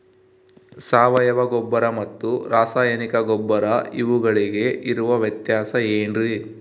ಸಾವಯವ ಗೊಬ್ಬರ ಮತ್ತು ರಾಸಾಯನಿಕ ಗೊಬ್ಬರ ಇವುಗಳಿಗೆ ಇರುವ ವ್ಯತ್ಯಾಸ ಏನ್ರಿ?